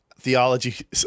theology